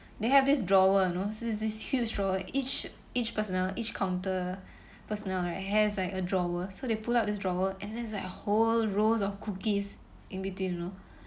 they have this drawer you know s~ s~ this huge drawer each each personnel each counter personnel right has like a drawer so they pulled out this drawer and then it's like a whole rows of cookies in between you know